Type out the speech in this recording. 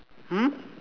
hmm